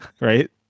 right